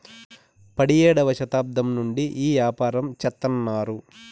పడియేడవ శతాబ్దం నుండి ఈ యాపారం చెత్తన్నారు